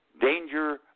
danger